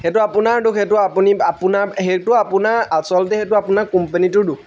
সেইটো আপোনাৰ দোষ সেইটো আপুনি আপোনাৰ সেইটো আপোনাৰ আচলতে সেইটো আপোনাৰ কোম্পেনীটোৰ দোষ